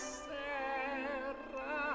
serra